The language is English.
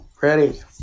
ready